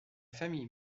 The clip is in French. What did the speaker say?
famille